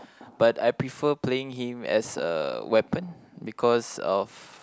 but I prefer playing him as a weapon because of